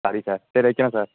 sorry sir சரி வைக்கிறேன் sir